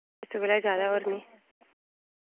इस तों कोला जैदा होर निं